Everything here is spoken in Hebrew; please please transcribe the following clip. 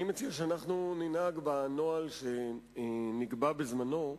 אני מציע שאנחנו ננהג לפי הנוהל שנקבע בזמנו,